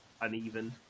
uneven